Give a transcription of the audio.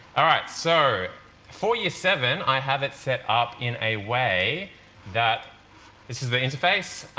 alright, so for year seven i have it set up in a way that this is the interface.